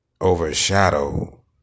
overshadow